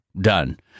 Done